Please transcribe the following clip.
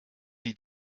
die